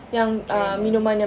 caramel